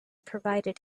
provided